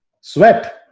sweat